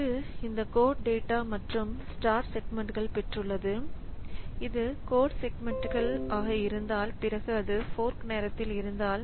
இது இந்த code data மற்றும் ஸ்டாக் செக்மெண்ட்கள் பெற்றுள்ளது இது கோட் செக்மெண்ட்கள் ஆக இருந்தால் பிறகு அது ஃபோர்க் நேரத்தில் இருந்தால்